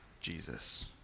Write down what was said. Jesus